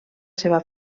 seva